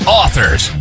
authors